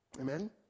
Amen